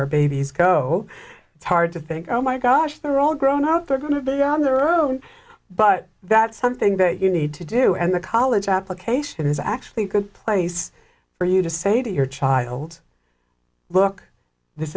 our babies go it's hard to think oh my gosh they're all grown up they're going to be on their own but that's something that you need to do and the college application is actually a good place for you to say to your child look this